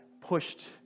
pushed